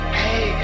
hey